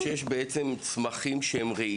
את אומרת, בעצם, שיש צמחים שהם רעילים?